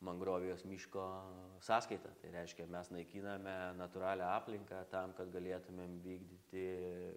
mangrovijos miško sąskaita tai reiškia mes naikiname natūralią aplinką tam kad galėtumėm vykdyti